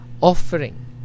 offering